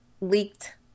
leaked